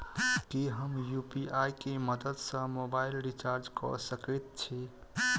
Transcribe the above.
की हम यु.पी.आई केँ मदद सँ मोबाइल रीचार्ज कऽ सकैत छी?